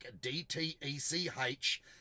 D-T-E-C-H